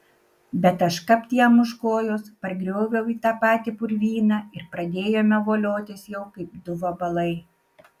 bet aš kapt jam už kojos pargrioviau į tą patį purvyną ir pradėjome voliotis jau kaip du vabalai